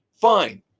fine